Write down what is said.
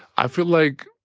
i feel like